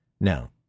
Now